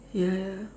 ya ya